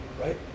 right